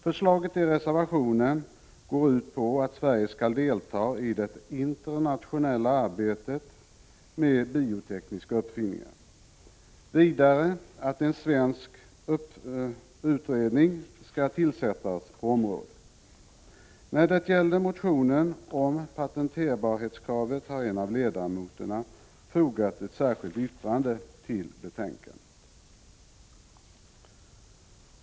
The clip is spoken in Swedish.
Förslaget i reservationen går ut på att Sverige skall delta i det internationella arbetet med biotekniska uppfinningar och vidare att en svensk utredning på området skall tillsättas. När det gäller motionen om patenterbarhetskravet har en av ledamöterna fogat ett särskilt yttrande till betänkandet.